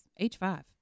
H5